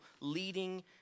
leading